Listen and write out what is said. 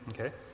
okay